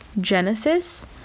Genesis